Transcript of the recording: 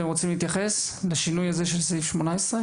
אתם רוצים להתייחס לשינוי הזה של סעיף 18?